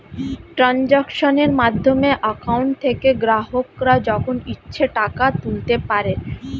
ট্রানজাক্শনের মাধ্যমে অ্যাকাউন্ট থেকে গ্রাহকরা যখন ইচ্ছে টাকা তুলতে পারে